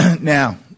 Now